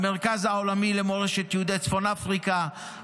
המרכז העולמי למורשת יהודי צפון אפריקה,